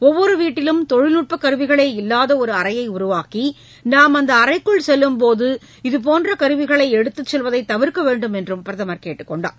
ஒவ்வொரு வீட்டிலும் தொழில்நுட்ப கருவிகளே இல்லாத ஒரு அறையை உருவாக்கி நாம் அந்த அறைக்குள் செல்லும்போது இதுபோன்ற கருவிகளை எடுத்துச் செல்வதை தவிர்க்க வேண்டுமென்றும் பிரதமர் கேட்டுக் கொண்டார்